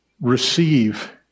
receive